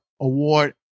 Award